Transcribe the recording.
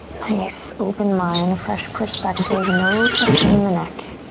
nice open mind, fresh perspective. no tension in the neck.